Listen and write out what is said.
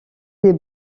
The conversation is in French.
des